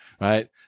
right